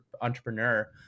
entrepreneur